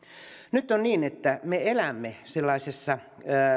nyt on niin että me elämme sellaisessa